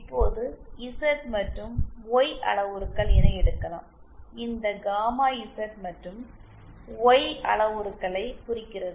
இப்போது இசட் மற்றும் ஒய் அளவுருக்கள் என எடுக்கலாம் இந்த காமா இசட் மற்றும் ஒய் அளவுருக்களைக் குறிக்கிறது